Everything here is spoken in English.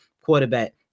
quarterback